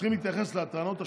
צריכים להתייחס לטענות השניות,